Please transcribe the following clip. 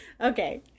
Okay